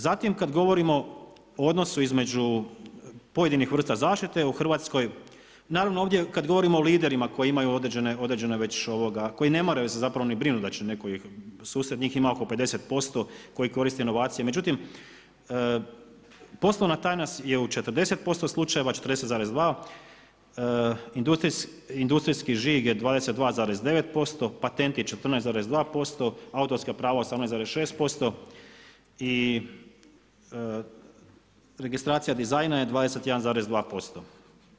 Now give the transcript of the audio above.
Zatim, kad govorimo o odnosu između pojedinih vrsta zaštite u Hrvatskoj, naravno ovdje kad govorimo o liderima koji imaju određene već, koji ne moraju se ni brinut da će netko ih, sustav njih ima oko 50% koji koriste inovacije, međutim poslovna tajna je u 40% slučajeva, 40,2 industrijski žig je 22,9%, patent je 14,2%, autorska prava 18,6% i registracija dizajna je 21,2%